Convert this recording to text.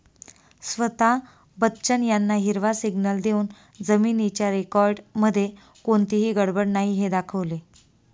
स्वता बच्चन यांना हिरवा सिग्नल देऊन जमिनीच्या रेकॉर्डमध्ये कोणतीही गडबड नाही हे दाखवले